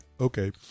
okay